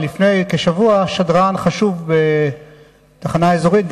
אבל לפני כשבוע שדרן חשוב בתחנה אזורית,